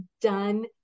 done